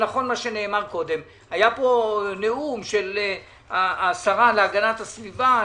ונכון מה שנאמר קודם היה פה נאום של השרה להגנת הסביבה,